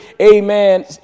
amen